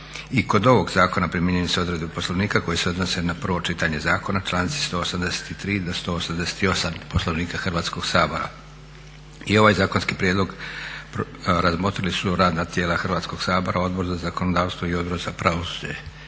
I kod ovog zakona primjenjuju se odredbe Poslovnika koje se odnose na prvo čitanje zakona, članci 183. do 188. Poslovnika Hrvatskog sabora. I ovaj zakonski prijedlog razmotrili su radna tijela Hrvatskog sabora Odbor za zakonodavstvo i Odbor za pravosuđe.